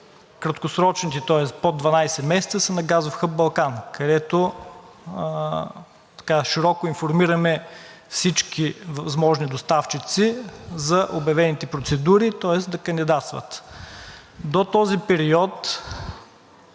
краткосрочните, тоест под 12 месеца, са на газов хъб „Балкан“, където широко информираме всички възможни доставчици за обявените процедури, тоест да кандидатстват. До този период